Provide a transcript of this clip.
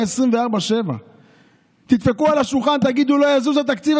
24/7. תדפקו על השולחן ותגידו: לא יזוז התקציב,